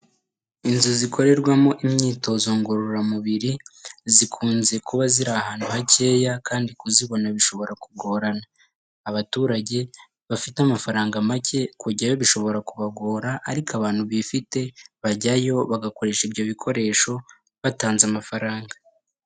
Inzu zikorerwamo imyitozo ngororamubiri zikunze kuba ziri ahantu hakeya kandi kuzibona bishobora kugorana, abaturage bafite amafaranga make kujyayo bishobora kubagora ariko abantu bifite bajyayo bagakoresha ibyo bikoresho batanze amafaranga.